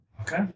Okay